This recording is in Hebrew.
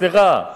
נכון, רע מאוד.